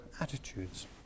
attitudes